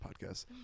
podcast